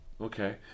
Okay